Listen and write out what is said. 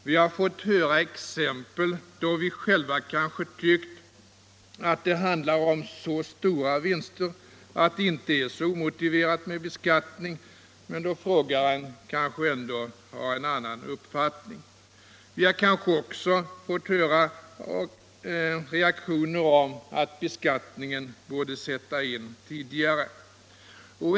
Vi har fått höra exempel där vi själva kanske tyckt att det handlar om så stora vinster att det inte är så omotiverat med beskattning, men där frågeställaren kanske ändå har en annan uppfattning. Vi har måhända också fått höra reaktioner som går ut på att beskattningen borde sätta in tidigare.